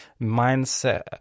mindset